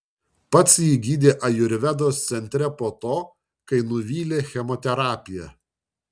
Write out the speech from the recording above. pats jį gydė ajurvedos centre po to kai nuvylė chemoterapija